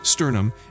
Sternum